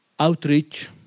outreach